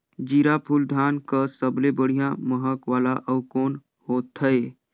जीराफुल धान कस सबले बढ़िया महक वाला अउ कोन होथै?